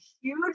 huge